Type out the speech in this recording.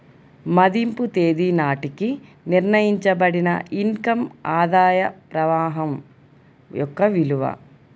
మదింపు తేదీ నాటికి నిర్ణయించబడిన ఇన్ కమ్ ఆదాయ ప్రవాహం యొక్క విలువ